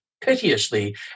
piteously